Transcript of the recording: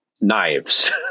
knives